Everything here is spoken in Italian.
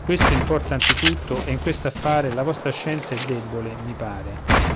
questo importa anzitutto e in questo affare la vostra scienza è debole mi pare